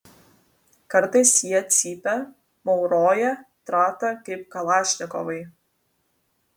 kartais jie cypia mauroja trata kaip kalašnikovai